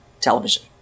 television